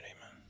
amen